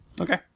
Okay